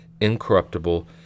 incorruptible